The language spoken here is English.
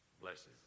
Blessed